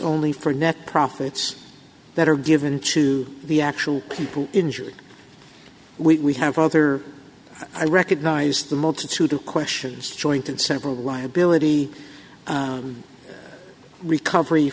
only for net profits that are given to the actual people injured we have other i recognize the multitude of questions joint and several liability recovery